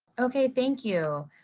ok, thank you.